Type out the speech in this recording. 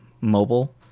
mobile